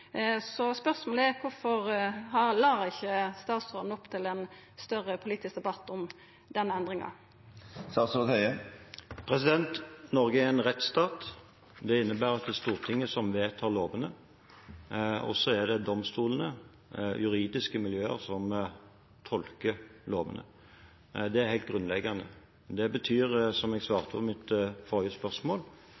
Spørsmålet er: Kvifor la ikkje statsråden opp til ein større politisk debatt om den endringa? Norge er en rettsstat. Det innebærer at det er Stortinget som vedtar lovene, og så er det domstolene og juridiske miljøer som tolker lovene. Det er helt grunnleggende. Det betyr, som jeg sa i mitt forrige svar,